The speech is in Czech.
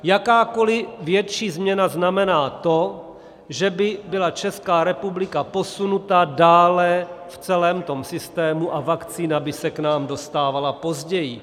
Jakákoliv větší změna znamená to, že by byla Česká republika posunuta dále v celém systému a vakcína by se k nám dostávala později.